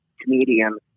comedian